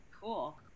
cool